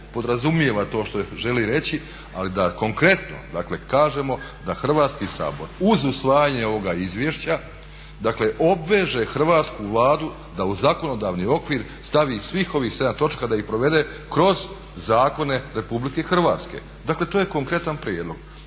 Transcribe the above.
podrazumijeva to što želi reći ali da konkretno dakle kažemo da Hrvatski sabor uz usvajanje ovoga izvješća dakle obveže hrvatsku Vladu da u zakonodavni okvir stavi svih ovih 7 točaka, da ih provede kroz zakone Republike Hrvatske. Dakle to je konkretan prijedlog.